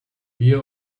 wir